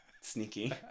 Sneaky